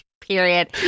Period